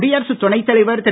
குடியரசுத் துணைத்தலைவர் திரு